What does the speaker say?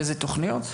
ובאילו תכניות?